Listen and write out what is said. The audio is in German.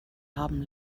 haben